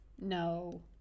no